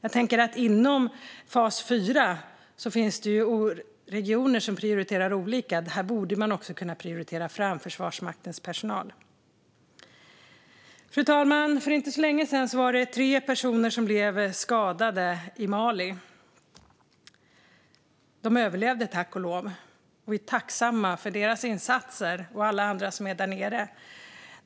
Det finns ju regioner som prioriterar olika i fas 4, så här borde man kunna prioritera Försvarsmaktens personal. Fru talman! För inte så länge sedan blev tre personer skadade i Mali. De överlevde tack och lov, och vi är tacksamma för deras och alla andras insatser där nere.